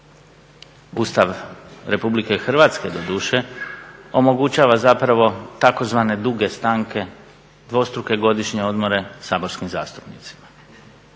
Ustav RH doduše, omogućava zapravo tzv. duge stanke, dvostruke godišnje odmore saborskim zastupnicima.